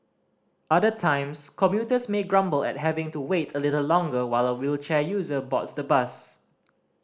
other times commuters may grumble at having to wait a little longer while a wheelchair user boards the bus